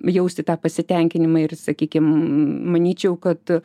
jausti tą pasitenkinimą ir sakykim manyčiau kad